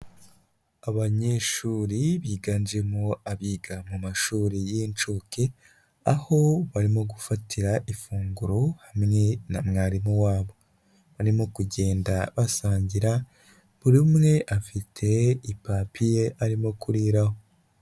Abanyeshuri biganjemo abiga mu mashuri y'inshuke, aho barimo gufatira ifunguro hamwe na mwarimu wabo, barimo kugenda basangira buri umwe afite ipapi ye arimo kuriraho.